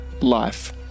LIFE